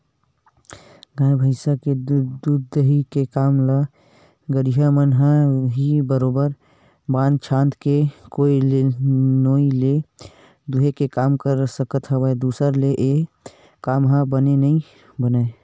गाय भइस के दूद दूहई के काम ल गहिरा मन ह ही बरोबर बांध छांद के नोई ले दूहे के काम कर सकत हवय दूसर ले ऐ काम ह बने नइ बनय